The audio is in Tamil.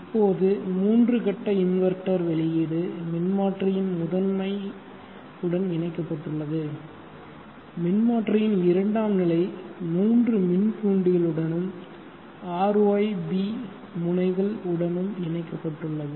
இப்போது மூன்று கட்ட இன்வெர்ட்டர் வெளியீடு மின்மாற்றியின் முதன்மைடன் இணைக்கப்பட்டுள்ளது மின்மாற்றியின் இரண்டாம் நிலை மூன்று மின்தூண்டிகளுடனும் RYB முனைகள் உடன் இணைக்கப்பட்டுள்ளது